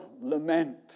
lament